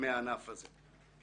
מהענף הזה.